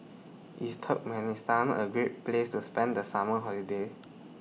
IS Turkmenistan A Great Place to spend The Summer Holiday